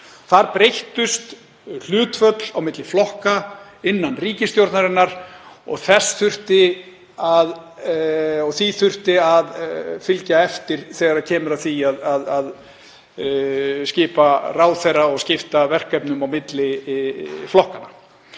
Þar breyttust hlutföll á milli flokka innan ríkisstjórnarinnar og því þurfti að fylgja eftir þegar kemur að því að skipa ráðherra og skipta verkefnum á milli flokkanna.